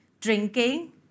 drinking